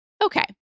Okay